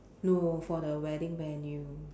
no for the wedding venue